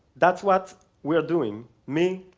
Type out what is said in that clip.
that's what we are doing, me,